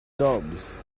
dubs